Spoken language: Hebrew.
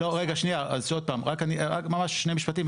רק ממש שני משפטים,